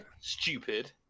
Stupid